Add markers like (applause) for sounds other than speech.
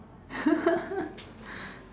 (laughs)